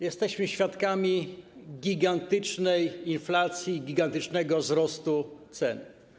Jesteśmy świadkami gigantycznej inflacji, gigantycznego wzrostu cen.